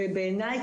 בעיניי,